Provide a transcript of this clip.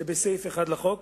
שבסעיף 1 לחוק